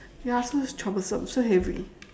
ya so it's troublesome so heavy